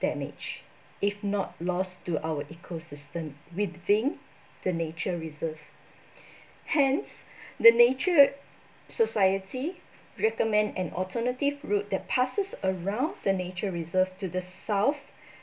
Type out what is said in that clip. damage if not lost to our ecosystem within the nature reserve hence the nature society recommend an alternative route that passes around the nature reserve to the south